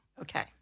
Okay